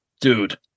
dude